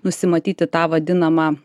nusimatyti tą vadinamą